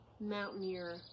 mountaineer